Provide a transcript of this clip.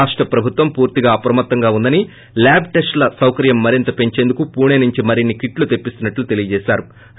రాష్ట ప్రభుత్వం పూర్తిగా అప్రమత్తంగా ఉందిని ల్యాబ్ టెస్టుల సౌకర్యం మరింత పెంచేందుకు పుణె నుంచి మరిన్సీ కిట్లు తెప్పిస్తున్నట్లు తెలియజేసారు